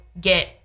get